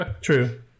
True